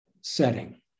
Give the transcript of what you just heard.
setting